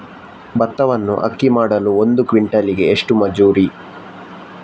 ಭತ್ತವನ್ನು ಅಕ್ಕಿ ಮಾಡಲು ಒಂದು ಕ್ವಿಂಟಾಲಿಗೆ ಎಷ್ಟು ಮಜೂರಿ?